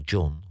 John